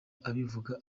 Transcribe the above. abivuga